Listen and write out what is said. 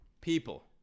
people